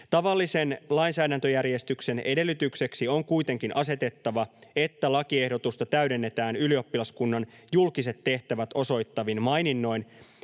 ”Tavallisen lainsäädäntöjärjestyksen edellytykseksi on kuitenkin asetettava, että lakiehdotusta täydennetään ylioppilaskunnan julkiset tehtävät osoittavin maininnoin